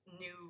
new